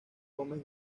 gómez